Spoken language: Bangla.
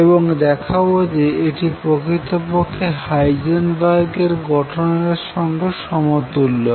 এবং দেখাব যে এটি প্রকৃতপক্ষে হাইজেনবার্গ এর গঠন এর সঙ্গে সমতুল্য